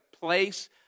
place